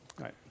right